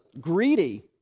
greedy